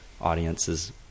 audiences